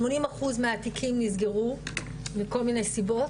80 אחוז מהתיקים נסגרו מכל מיני סיבות,